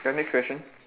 then next question